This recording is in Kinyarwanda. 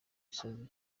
gisozi